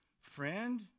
Friend